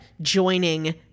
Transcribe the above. joining